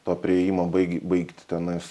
to priėjimo baigi baigti tenais